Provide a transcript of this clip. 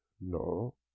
No